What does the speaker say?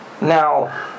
Now